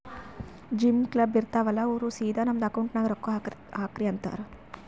gym, club, ಇರ್ತಾವ್ ಅಲ್ಲಾ ಅವ್ರ ಸಿದಾ ನಮ್ದು ಅಕೌಂಟ್ ನಾಗೆ ರೊಕ್ಕಾ ಹಾಕ್ರಿ ಅಂತಾರ್